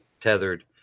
tethered